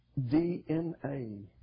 DNA